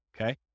Okay